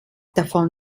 davon